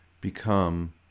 become